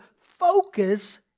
focus